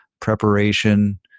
preparation